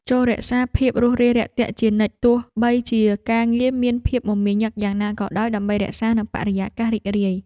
ចូររក្សាភាពរួសរាយរាក់ទាក់ជានិច្ចទោះបីជាការងារមានភាពមមាញឹកយ៉ាងណាក៏ដោយដើម្បីរក្សានូវបរិយាកាសរីករាយ។